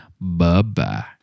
Bye-bye